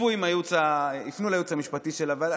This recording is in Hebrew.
יפנו לייעוץ המשפטי של הוועדה,